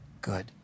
good